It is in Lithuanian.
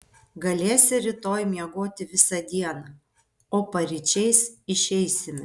galėsi rytoj miegoti visą dieną o paryčiais išeisime